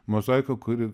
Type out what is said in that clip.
mozaiką kuri